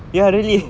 !aiyo!